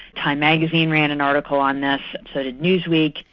time magazine ran an article on this, so did newsweek.